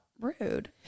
Rude